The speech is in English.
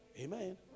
Amen